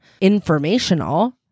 informational